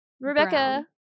Rebecca